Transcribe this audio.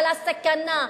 על הסכנה,